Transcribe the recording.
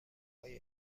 های